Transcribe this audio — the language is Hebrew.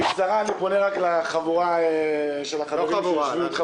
בקצרה, אני פונה לחבורה של החבר'ה שיושבים כאן.